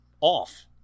off